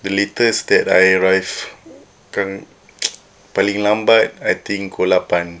the latest that I arrive paling lambat I think pukul lapan